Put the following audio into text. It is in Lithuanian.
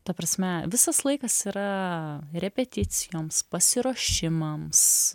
ta prasme visas laikas yra repeticijoms pasiruošimams